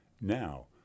Now